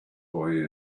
boy